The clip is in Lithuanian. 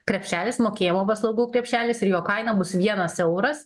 krepšelis mokėjimo paslaugų krepšelis ir jo kaina bus vienas euras